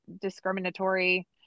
discriminatory